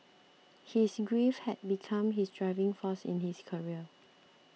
his grief had become his driving force in his career